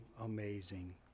amazing